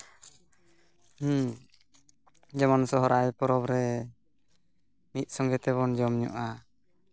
ᱦᱮᱸ ᱡᱮᱢᱚᱱ ᱥᱚᱦᱚᱨᱟᱭ ᱯᱚᱨᱚᱵᱽ ᱨᱮ ᱢᱤᱫ ᱥᱚᱸᱜᱮ ᱛᱮᱵᱚᱱ ᱡᱚᱢ ᱧᱩᱜᱼᱟ